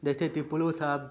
दैथे ति पुलुस अब